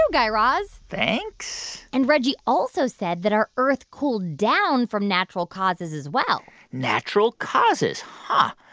guy raz thanks? and reggie also said that our earth cooled down from natural causes, as well natural causes, huh.